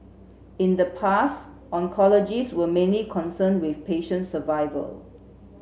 in the past oncologists were mainly concerned with patient survival